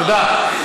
תודה.